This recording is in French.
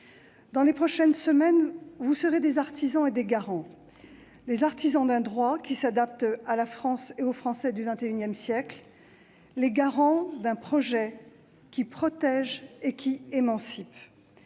Dans les prochaines semaines, vous serez des artisans et des garants : les artisans d'un droit qui s'adapte à la France et aux Français du XIX siècle, les garants d'un projet qui protège et qui émancipe.